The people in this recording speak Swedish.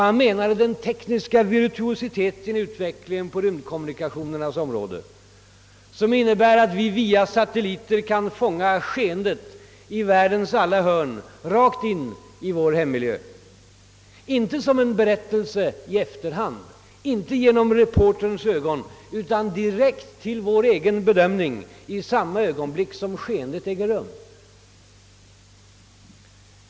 Han avsåg den tekniska virtuositeten i utvecklingen på rymdkommunikationernas område, som innebär att vi via satelliter kan fånga skeendet i världens alla hörn rakt in i vår hemmiljö — inte som en berättelse i efterhand, inte genom reporterns ögon utan direkt till vår egen bedömning i samma ögonblick som skeendet äger rum.